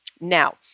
Now